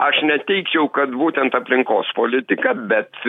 aš neteigčiau kad būtent aplinkos politika bet